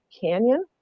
canyon